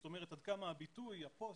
זאת אומרת, עד כמה הביטוי, הפוסט,